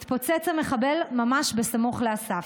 התפוצץ המחבל ממש סמוך לאסף.